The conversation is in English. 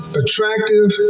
attractive